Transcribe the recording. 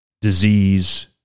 disease